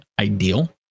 ideal